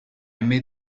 made